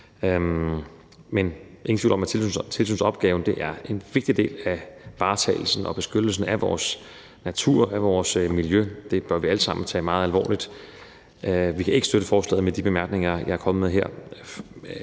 er ingen tvivl om, at tilsynsopgaven er en vigtig del af varetagelsen og beskyttelsen af vores natur og af vores miljø. Det bør vi alle sammen tage meget alvorligt. Vi kan ikke støtte forslaget med de bemærkninger, jeg er kommet med her.